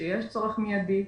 שיש צורך מידי,